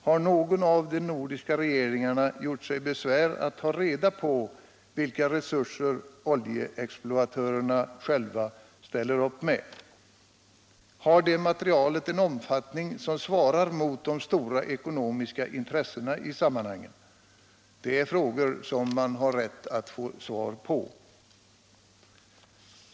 Har någon av de nordiska regeringarna gjort sig besvär med att ta reda på vilka resurser oljeexploatörerna själva ställer upp med? Har detta materiel en omfattning som svarar mot de stora ekonomiska intressena i sammanhanget? Det är frågor som man har rätt att få svar på.